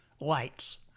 Lights